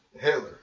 Hitler